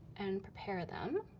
and prepare them,